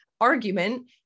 argument